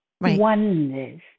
Oneness